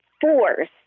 force